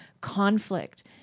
conflict